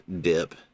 dip